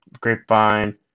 Grapevine